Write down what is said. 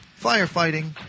firefighting